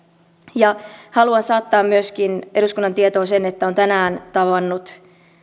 haluan saattaa eduskunnan tietoon myöskin sen että olen tänään tavannut